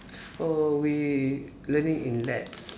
oh we learning in labs